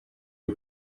you